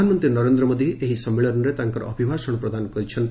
ପ୍ରଧାନମନ୍ତ୍ରୀ ନରେନ୍ଦ୍ର ମୋଦୀ ଏହି ସମ୍ମିଳନୀରେ ତାଙ୍କର ଅଭିଭାଷଣ ପ୍ରଦାନ କରିଛନ୍ତି